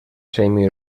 semi